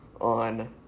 on